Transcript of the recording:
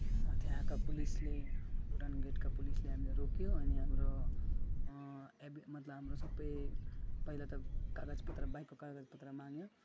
त्यहाँका पुलिसले भुटान गेटका पुलिसले हामीलाई रोक्यो अनि हाम्रो एबी मतलब हाम्रो सबै पहिला त कागज पत्र बाइकको कागज पत्र माग्यो